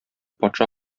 патша